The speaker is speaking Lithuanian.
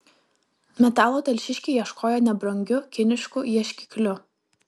metalo telšiškiai ieškojo nebrangiu kinišku ieškikliu